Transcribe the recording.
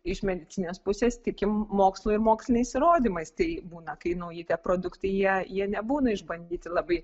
iš medicininės pusės tikim mokslu ir moksliniais įrodymais tai būna kai nauji produktai jei jie nebūna išbandyti labai